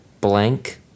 Blank